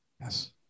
Yes